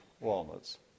walnuts